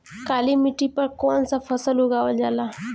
काली मिट्टी पर कौन सा फ़सल उगावल जाला?